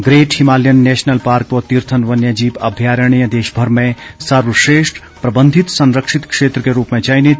great Himalayan National Park व तीर्थन वन्य जीव अभ्यारण्य देशभर में सर्वश्रेष्ठ प्रबंधित संरक्षित क्षेत्र के रूप में चयनित